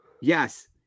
Yes